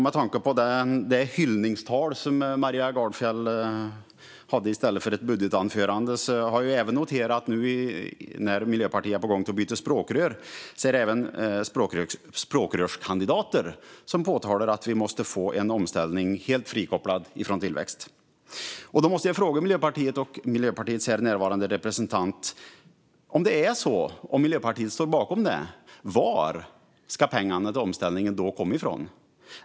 Med tanke på det hyllningstal som Maria Gardfjell höll i stället för ett budgetanförande har jag, nu när Miljöpartiet är på gång att byta språkrör, noterat att även språkrörskandidater framhåller att vi måste få en omställning som är helt frikopplad från tillväxt. Då måste jag fråga Miljöpartiets närvarande representant om Miljöpartiet står bakom det. Var ska då pengarna till omställningen komma från?